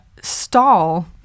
stall